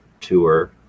tour